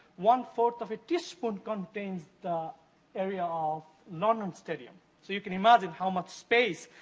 one four of a teaspoon contains the area of norman stadium. so, you can imagine how much space